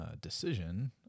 Decision